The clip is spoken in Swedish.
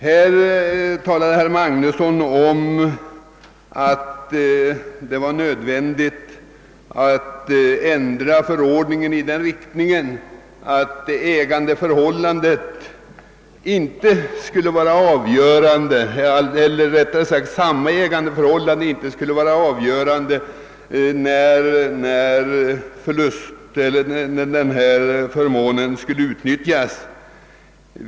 Herr Magnusson i Borås menade att det skulle vara nödvändigt att ändra förordningen så att samma ägandeförhållande inte skulle behöva föreligga, när rätten till förlustutjämning skulle få utnyttjas.